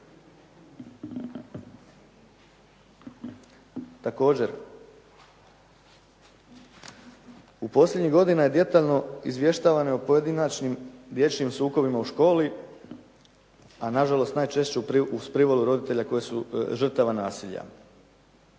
Također u posljednjih godina je detaljno izvještavano i o pojedinačnim dječjim sukobima u školi a nažalost najčešće uz privolu roditelja koja su žrtve nasilja.